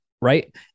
right